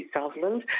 Southland